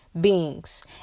beings